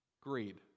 Greed